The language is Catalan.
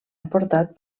aportat